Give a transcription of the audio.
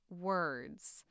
words